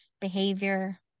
behavior